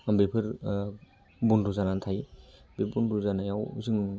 बेफोर बन्द जानानै थायो बे बन्द जानायाव जों